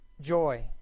joy